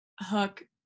hook